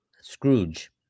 Scrooge